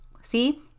see